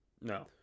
No